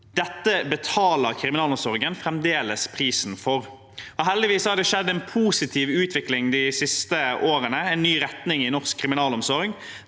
Dette betaler kriminalomsorgen fremdeles prisen for. Heldigvis har det skjedd en positiv utvikling de siste årene; det har blitt en ny retning i norsk kriminalomsorg.